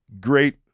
great